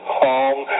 home